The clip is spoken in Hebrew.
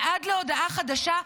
ועד להודעה חדשה,